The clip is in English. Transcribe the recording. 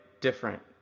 different